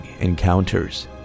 encounters